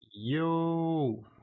yo